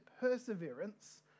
perseverance